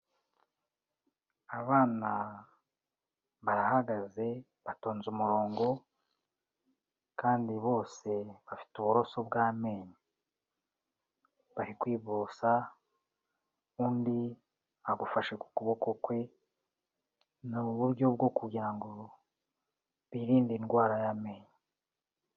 Abana barahagaze batonze umurongo kandi bose bafite uburoso bw'amenyo, bari kwiborosa undi agufashe ku kuboko kwe, ni uburyo bwo kugira ngo birinde indwara y'ameyo.